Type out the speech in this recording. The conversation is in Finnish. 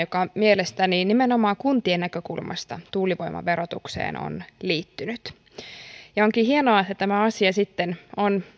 joka mielestäni nimenomaan kuntien näkökulmasta tuulivoiman verotukseen on liittynyt onkin hienoa että tämä asia on